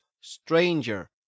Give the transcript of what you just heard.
stranger